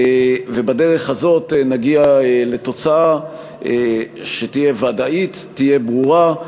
בדרך הזאת נגיע לתוצאה שתהיה ודאית, תהיה ברורה.